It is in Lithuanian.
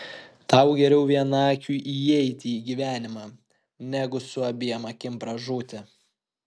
tau geriau vienakiui įeiti į gyvenimą negu su abiem akim pražūti